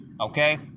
okay